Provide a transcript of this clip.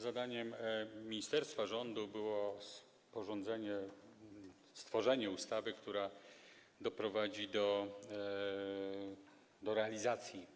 Zadaniem ministerstwa, rządu było sporządzenie, stworzenie ustawy, która doprowadzi do realizacji